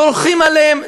דורכים עליהם,